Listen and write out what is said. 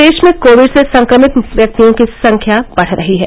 प्रदेश में कोविड से संक्रमित व्यक्तियों की संख्या बढ़ रही है